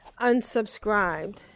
unsubscribed